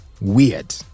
weird